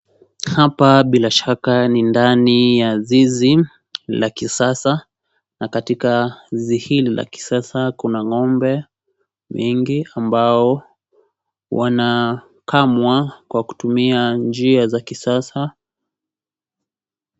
Hapa bilashaka ni ndani ya zizi la kisasa na katika zizi hili la kisasa kuna ng'ombe wengi ambao wanakamwa kwa kutumia njia za kisasa.